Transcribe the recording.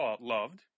loved